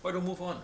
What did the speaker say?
why don't move on